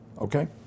okay